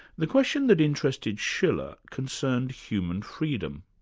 the question that interested schiller concerned human freedom.